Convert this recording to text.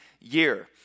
year